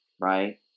right